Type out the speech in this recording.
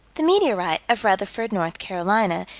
the meteorite of rutherford, north carolina,